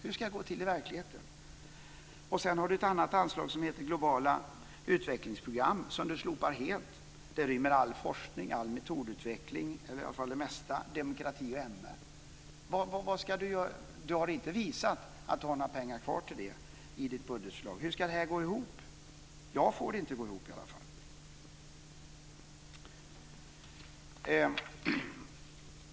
Hur ska det gå till i verkligheten? Sedan finns det ett annat anslag som heter globala utvecklingsprogram som han slopar helt. Det rymmer all forskning, all metodutveckling, i varje fall det mesta, demokrati och MR. Bertil Persson har inte visat att han har några pengar kvar till det i sitt budgetförslag. Hur ska det här gå ihop? Jag får det inte att gå ihop i alla fall.